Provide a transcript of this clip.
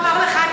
הוא אמר לך,